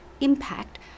impact